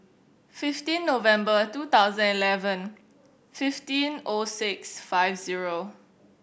fifteen November two thousand eleven fifteen O six five zero